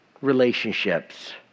relationships